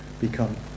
become